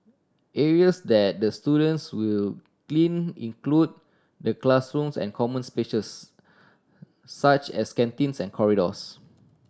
areas that the students will clean include the classrooms and common spaces such as canteens and corridors